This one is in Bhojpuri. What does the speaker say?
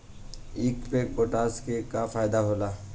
ईख मे पोटास के का फायदा होला?